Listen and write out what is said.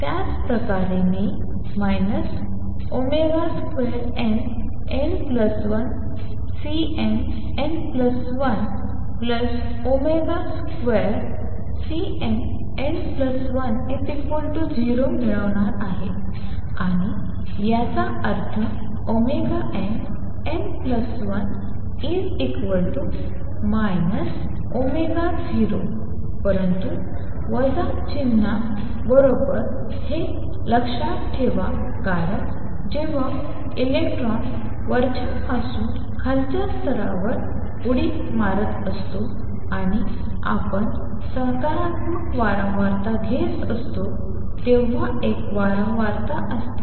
त्याच प्रकारे मी ωnn12Cnn102Cnn10 मिळवणार आहे आणि याचा अर्थ nn1 0 परंतु वजा चिन्हा बरोबर हे लक्षात ठेवा कारण जेव्हा इलेक्ट्रॉन वरच्यापासून खालच्या स्तरावर उडी मारत असतो आणि आपण सकारात्मक वारंवारता घेत असतो तेव्हा एक वारंवारता असते